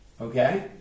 Okay